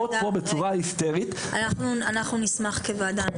אנחנו נשמח כוועדה,